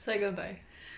so are you going to buy